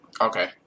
okay